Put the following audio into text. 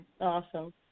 Awesome